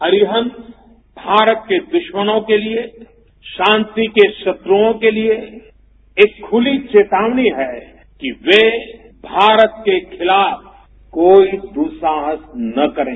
अरिहंत भारत के दुश्मनों के लिए शांति के शत्रुओं के लिए एक खुली चेतावनी है कि वे भारत के खिलाफ कोई दुस्साहस न करें